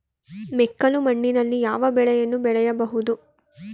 ಮೆಕ್ಕಲು ಮಣ್ಣಿನಲ್ಲಿ ಯಾವ ಬೆಳೆಯನ್ನು ಬೆಳೆಯಬಹುದು?